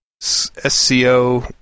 SCO